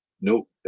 Nope